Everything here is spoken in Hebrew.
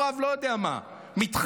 או רב מתחם.